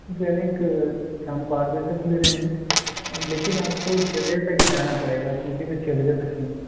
clinic شام کو آٹھ بجے تک کھلی رہیں گی لیکن آپ کو چھ بجے تک ہی آنا پڑے گا کیونکہ میں چھ بجے تک ہی